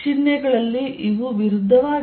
ಚಿಹ್ನೆಗಳಲ್ಲಿ ಇವು ವಿರುದ್ಧವಾಗಿವೆ